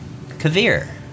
Kavir